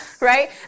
right